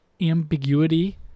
ambiguity